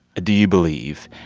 ah do you believe?